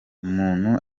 umuntu